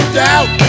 doubt